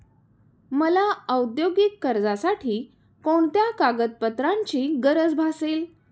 मला औद्योगिक कर्जासाठी कोणत्या कागदपत्रांची गरज भासेल?